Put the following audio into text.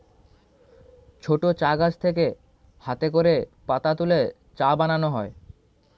ছোট চা গাছ থেকে হাতে করে পাতা তুলে চা বানানো হয়